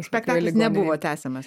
spektaklis nebuvo tęsiamas